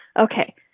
okay